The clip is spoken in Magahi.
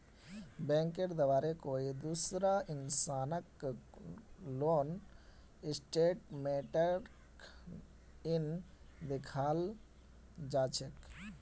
बैंकेर द्वारे कोई दूसरा इंसानक लोन स्टेटमेन्टक नइ दिखाल जा छेक